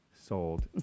Sold